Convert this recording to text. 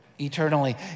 eternally